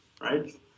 right